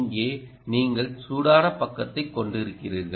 இங்கே நீங்கள் சூடான பக்கத்தைக் கொண்டிருக்கிறீர்கள்